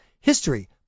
history